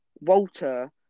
Walter